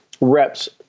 reps